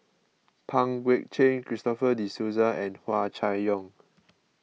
Pang Guek Cheng Christopher De Souza and Hua Chai Yong